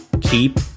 keep